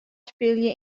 spylje